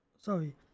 sorry